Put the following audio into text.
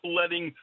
letting